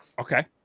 Okay